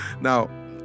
Now